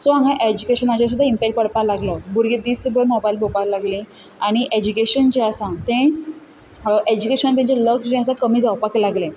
so हांगा एज्युकेशानाचेर सुद्दां इम्पॅक्ट पडपा लागलो भुरगीं दिसभर मोबायल घेवपा लागलीं आनी एज्युकेशन जें आसा तें एज्युकेशन तांचें लक्ष जें आसा कमी जावपाक लागलें